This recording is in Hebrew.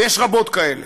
ויש רבות כאלה.